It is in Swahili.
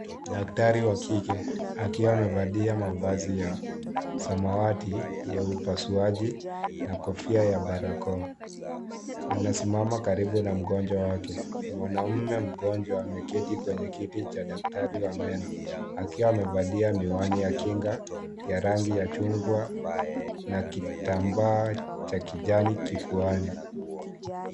Daktari wa kike akiwa amevalia mavazi ya samawati ya upasuaji na kofia ya barakoa anasimama karibu na mgonjwa wake. Mwanaume mgonjwa ameketi kwenye kiti cha daktari wa meno akiwa amevalia miwani ya kinga ya rangi ya chungwa na kitambaa cha kijani kifuani.